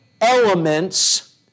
elements